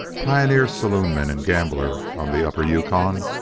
pioneer saloonman and gambler on the upper yukon,